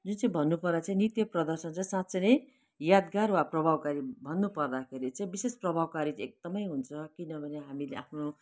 यो चाहिँ भन्नु पर्दा चाहिँ नृत्य प्रदर्शन चाहिँ साच्चै नै यादगार वा प्रभावकारी भन्नु पर्दा खेरि चाहिँ विशेष प्रभावकारी चाहिँ एकदमै हुन्छ किनभने हामीले आफ्नो